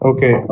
Okay